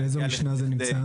אצל איזו משנה זה נמצא?